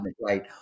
Right